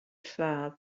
lladd